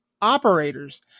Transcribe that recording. operators